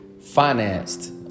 financed